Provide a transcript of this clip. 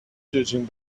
judging